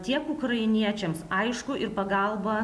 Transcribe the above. tiek ukrainiečiams aišku ir pagalba